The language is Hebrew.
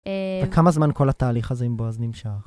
וכמה זמן כל התהליך הזה עם בועז נמשך?